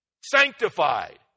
sanctified